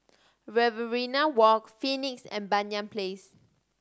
Riverina Walk Phoenix and Banyan Place